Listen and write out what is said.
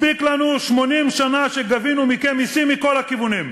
הספיקו לנו 80 שנה שגבינו מכם מסים מכל הכיוונים,